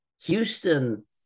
Houston